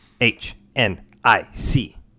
H-N-I-C